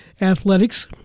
athletics